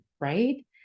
right